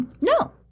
No